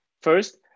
first